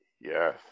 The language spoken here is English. Yes